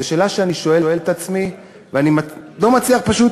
זו שאלה שאני שואל את עצמי, ואני לא מצליח, פשוט,